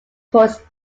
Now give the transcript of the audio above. courts